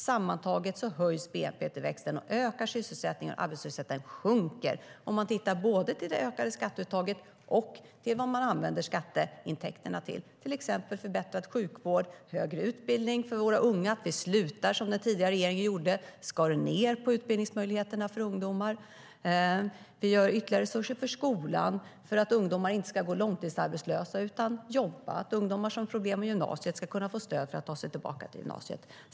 Sammantaget höjs bnp-tillväxten, sysselsättningen ökar och arbetslösheten sjunker om man tittar både till det ökade skatteuttaget och till vad man använder skatteintäkterna till, exempelvis förbättrad sjukvård och högre utbildning för våra unga. Vi gör inte som den tidigare regeringen, som skar ned på utbildningsmöjligheterna för ungdomar. Vi tillför ytterligare resurser för skolan och för att ungdomar inte ska gå långtidsarbetslösa utan jobba. Ungdomar som har problem med gymnasiet ska kunna få stöd för att ta sig tillbaka dit.